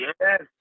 Yes